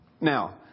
Now